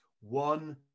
One